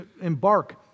embark